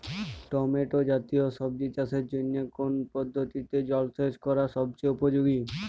Tomato জাতীয় সবজি চাষের জন্য কোন পদ্ধতিতে জলসেচ করা সবচেয়ে উপযোগী?